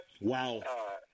Wow